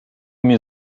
mnie